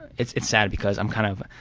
it's it's sad because i'm kind of,